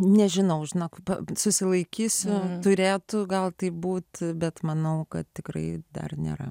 nežinau žinok pa susilaikysiu turėtų gal taip būt bet manau kad tikrai dar nėra